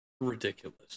ridiculous